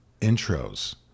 intros